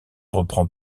reprend